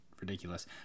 ridiculous